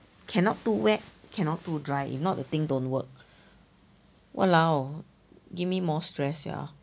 cannot too wet cannot too dry if not the thing don't work !walao! give me more stress sia